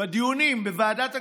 בדיונים בוועדת הכספים,